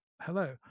hello